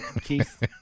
Keith